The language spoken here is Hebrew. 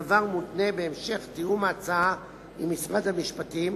הדבר מותנה בהמשך תיאום ההצעה עם משרד המשפטים